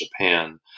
Japan